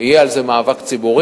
יהיה על זה מאבק ציבורי